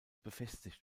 befestigt